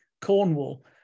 Cornwall